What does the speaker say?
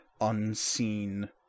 unseen